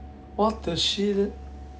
what the shit